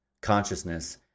consciousness